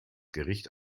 gericht